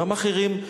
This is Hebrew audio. גם אחרים.